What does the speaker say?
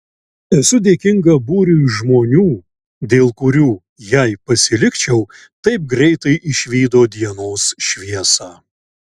esu dėkinga būriui žmonių dėl kurių jei pasilikčiau taip greitai išvydo dienos šviesą